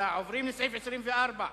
סעיף 21,